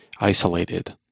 isolated